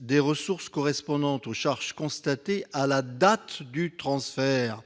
des ressources correspondant aux charges constatées à la date du transfert.